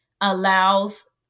allows